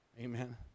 amen